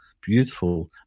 beautiful